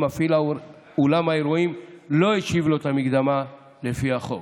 אם מפעיל אולם האירועים לא השיב לו את המקדמה לפי החוק.